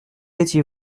étiez